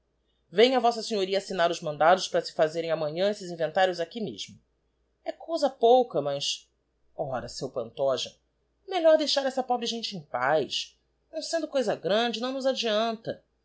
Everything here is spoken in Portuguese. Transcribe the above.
venha v s assignar os mandados para se fazerem amanhã esses inventários aqui mesmo e cousa pouca mas ora seu pantoja é melhor deixar essa pobre gente em paz não sendo coisa grande não nos adeanta